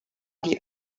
die